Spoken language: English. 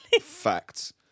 facts